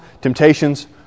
temptations